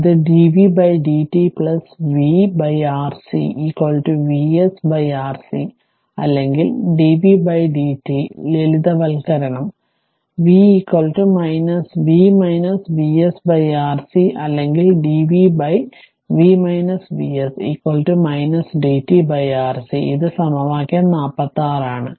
ഇത് dv dt v Rc Vs Rc അല്ലെങ്കിൽ dv dt ലളിതവൽക്കരണം v v Vs Rc അല്ലെങ്കിൽ dv v Vs dt Rc ഇത് സമവാക്യം 46 ആണ്